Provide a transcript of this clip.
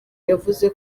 yavuze